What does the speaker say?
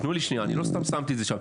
תנו לי שנייה, אני לא סתם שמתי את זה שם.